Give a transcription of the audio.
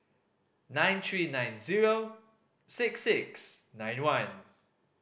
nine three nine zero six six nine one